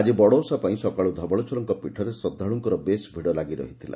ଆକି ବଡ଼ଓଷା ପାଇଁ ସକାଳୁ ଧବଳେଶ୍ୱରଙ୍କ ପୀଠରେ ଶ୍ରଦ୍ବାଳୁଙ୍କ ବେଶ୍ ଭିଡ଼ ଲାଗିରହିଛି